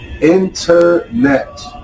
Internet